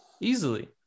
easily